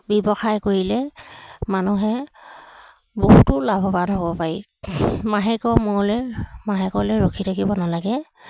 ব্যৱসায় কৰিলে মানুহে বহুতো লাভৱান হ'ব পাৰি মাহেকৰ মূৰলৈ মাহেকলৈ ৰখি থাকিব নালাগে